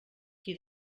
qui